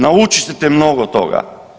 Naučit ćete mnogo toga.